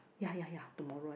ya ya ya tomorrow